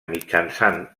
mitjançant